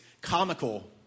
comical